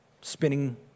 spinning